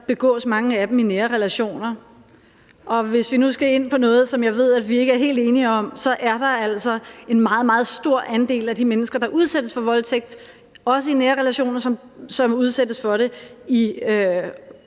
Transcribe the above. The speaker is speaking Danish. begås mange af dem i nære relationer, og hvis vi nu skal ind på noget, som jeg ved at vi ikke er helt enige om, så er der altså en meget, meget stor andel af de mennesker, der udsættes for voldtægt, også i nære relationer, som udsættes for det i,